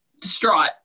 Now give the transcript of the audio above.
distraught